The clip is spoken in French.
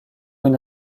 une